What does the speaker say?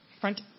front